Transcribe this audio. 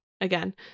again